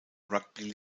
rugby